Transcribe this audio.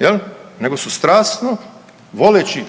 jel, nego su strasno voleći,